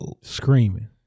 screaming